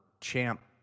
champ